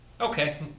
Okay